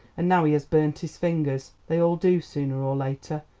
and now he has burnt his fingers. they all do sooner or later,